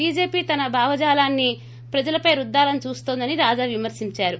BJP తమ భావ జాలాన్ని ప్రజలపై రుద్దాలని చూస్తోందని రాజా విమర్పించారు